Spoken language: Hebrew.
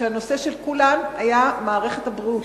והנושא של כולן היה מערכת הבריאות.